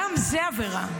גם זו עבירה,